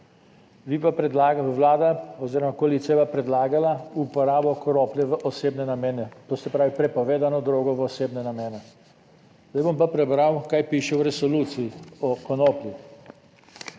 Vlada oziroma koalicija pa predlagala uporabo konoplje v osebne namene, to se pravi prepovedano drogo v osebne namene. Zdaj bom pa prebral kaj piše v resoluciji o konoplji.